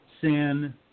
Sin